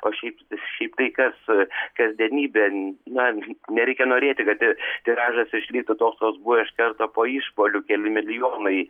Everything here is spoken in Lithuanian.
o šiaip šiaip tai kas kasdienybė na nereikia norėti kad tiražas išliktų toks koks buvo iš karto po išpuolių keli milijonai